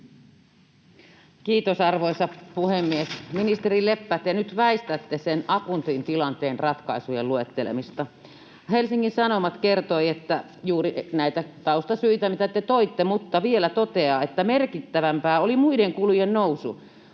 Kiitos, arvoisa puhemies! Ministeri Leppä, te nyt väistätte sen akuutin tilanteen ratkaisujen luettelemista. Helsingin Sanomat kertoi juuri näitä taustasyitä, mitä te toitte, mutta toteaa vielä, että ”merkittävämpää oli muiden kulujen nousu: